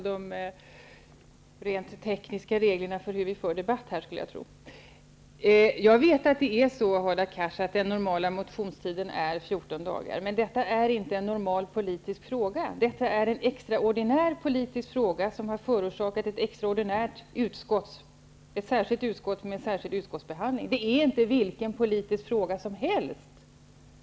Fru talman! Jag tror att det mera beror på de rent tekniska reglerna för hur vi för debatt. Jag vet att den normala motionstiden är 14 dagar, Hadar Cars. Men detta är inte en normal politisk fråga. Detta är en extraordinär politisk fråga, som har förorsakat ett särskilt utskott med särskild utskottsbehandling. Det är inte vilken politisk fråga som helst.